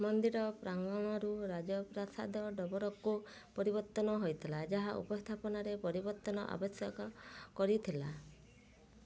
ମନ୍ଦିର ପ୍ରାଙ୍ଗଣରୁ ରାଜପ୍ରାସାଦ ଡର୍ବରକୁ ପରିବର୍ତ୍ତନ ହୋଇଥିଲା ଯାହା ଉପସ୍ଥାପନାରେ ପରିବର୍ତ୍ତନ ଆବଶ୍ୟକ କରିଥିଲା